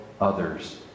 others